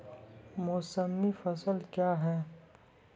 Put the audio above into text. मौसमी फसल क्या हैं?